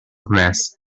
grass